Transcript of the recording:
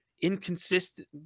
inconsistent